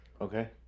Okay